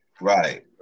Right